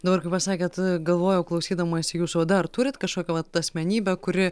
dabar kai pasakėt galvojau klausydamasi jūsų o dar turite kažkokią vat asmenybę kuri